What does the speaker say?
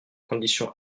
condition